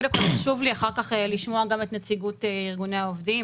קודם כל חשוב לי אחר כך גם לשמוע את נציגות ארגוני העובדים,